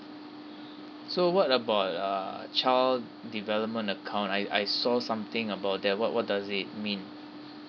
so what about err child development account I I saw something about that what what does it mean